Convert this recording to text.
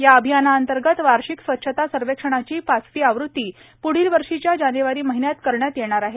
या अभियानाअंतर्गत वार्षिक स्वच्छता सर्वेक्षणाची पाचवी आवृती प्ढील वर्षीच्या जानेवारी महिन्यात करण्यात येणार आहे